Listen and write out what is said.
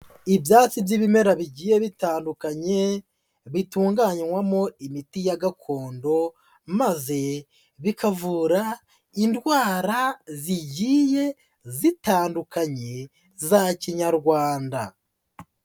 Ibyatsi by'ibimera bigiye bitandukanye, bitunganywamo imiti ya gakondo maze bikavura indwara zigiye zitandukanye za Kinyarwanda.